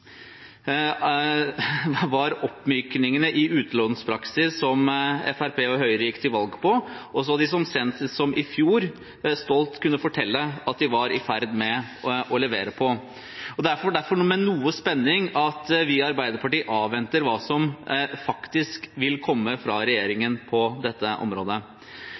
de så sent som i fjor stolt kunne fortelle at de var i ferd med å levere på. Det er derfor med noe spenning at vi i Arbeiderpartiet avventer hva som faktisk vil komme fra regjeringen på dette området.